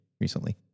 recently